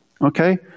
okay